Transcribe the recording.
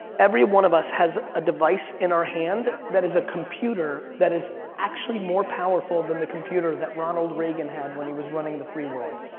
every one of us has a device in our hand that is a computer that is actually more powerful than the computer that ronald reagan had when he was running the free world.